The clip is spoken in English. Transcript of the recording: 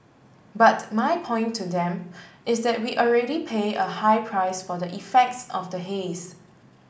but my point to them is that we already pay a high price for the effects of the haze